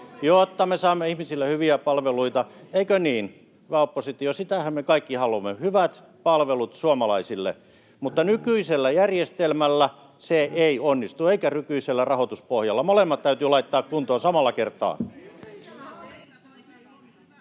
me saamme ihmisille hyviä palveluita. Eikö niin, hyvä oppositio, sitähän me kaikki haluamme, hyvät palvelut suomalaisille? Mutta nykyisellä järjestelmällä se ei onnistu eikä nykyisellä rahoituspohjalla. Molemmat täytyy laittaa kuntoon samalla kertaa.